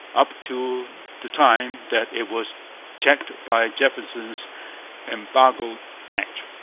up to the time that it was checked by jefferson's embargo act.